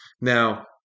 now